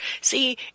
See